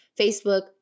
Facebook